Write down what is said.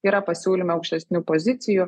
yra pasiūlymai aukštesnių pozicijų